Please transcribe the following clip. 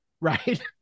Right